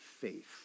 faith